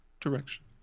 direction